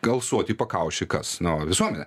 alsuot į pakaušį kas nu visuomenė